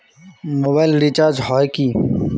Mobile recharge হয় কি?